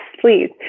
please